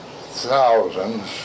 thousands